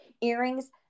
earrings